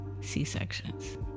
C-sections